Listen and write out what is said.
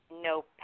no